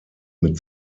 mit